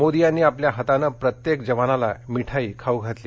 मोदी यांनी आपल्या हातानं प्रत्येक जवानाला मिठाई खाऊ घातली